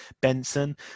Benson